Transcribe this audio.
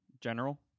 general